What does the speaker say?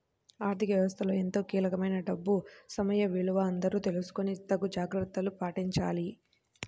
ఆర్ధిక వ్యవస్థలో ఎంతో కీలకమైన డబ్బు సమయ విలువ అందరూ తెలుసుకొని తగు జాగర్తలు పాటించాలి